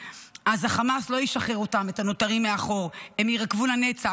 חמאס לא ישחרר את הנותרים מאחור, הם יירקבו לנצח.